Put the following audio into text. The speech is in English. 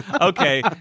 Okay